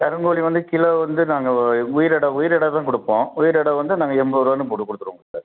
கருங்கோழி வந்து கிலோ வந்து நாங்கள் உயிரோட உயிரோட தான் கொடுப்போம் உயிரோட வந்து நாங்கள் எண்பதுரூவான்னு போட்டுக் கொடுத்துருவோங்க சார்